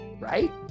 right